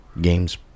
games